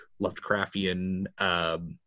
Lovecraftian